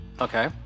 okay